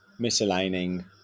misaligning